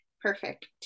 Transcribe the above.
perfect